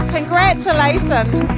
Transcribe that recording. Congratulations